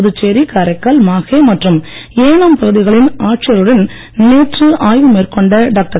புதுச்சேரி காரைக்கால் மாஹே மற்றும் ஏனாம் பகுதிகளின் ஆட்சியர்களுடன் நேற்று ஆய்வு மேற்கொண்ட டாக்டர்